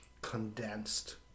condensed